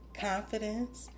confidence